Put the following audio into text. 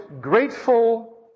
Grateful